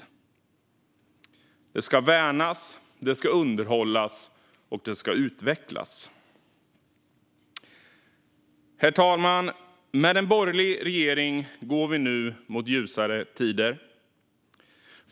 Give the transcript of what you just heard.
Detta ska värnas, underhållas och utvecklas. Herr talman! Med en borgerlig regering går vi nu mot ljusare tider.